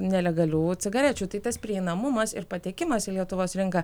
nelegalių cigarečių tai tas prieinamumas ir patekimas į lietuvos rinką